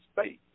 space